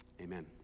amen